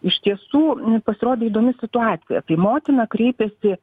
iš tiesų pasirodė įdomi situacija tai motina kreipėsi